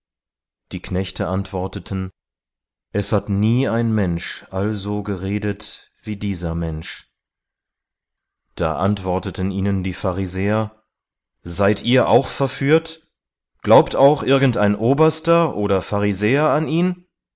die knechte antworteten es hat nie ein mensch also geredet wie dieser mensch da antworteten ihnen die pharisäer seid ihr auch verführt glaubt auch irgendein oberster oder pharisäer an ihn